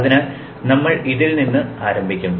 അതിനാൽ നമ്മൾ ഇതിൽ നിന്ന് ആരംഭിക്കും